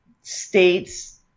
states